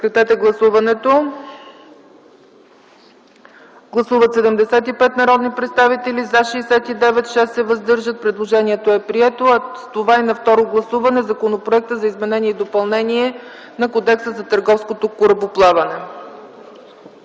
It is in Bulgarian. в § 33. Гласуваме § 33. Гласували 75 народни представители: за 69, против няма, въздържали се 6. Предложението е прието. С това и на второ гласуване Законопроекта за изменение и допълнение на Кодекса за търговското корабоплаване.